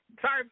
Sorry